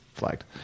flagged